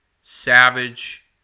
Savage